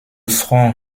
front